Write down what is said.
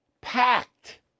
Packed